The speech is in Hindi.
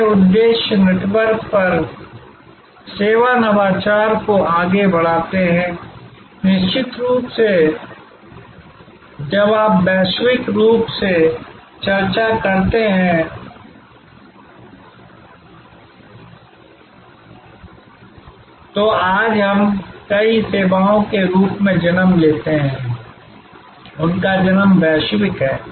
ये उद्देश्य नेटवर्क पर सेवा नवाचार को आगे बढ़ाते हैं निश्चित रूप से जब आप वैश्विक रूप से चर्चा करते हैं तो आज हम कई सेवाओं के रूप में जन्म लेते हैं उनका जन्म वैश्विक है